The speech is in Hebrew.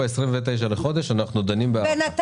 ב-29 לחודש אנחנו דנים בנושא.